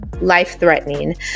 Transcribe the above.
life-threatening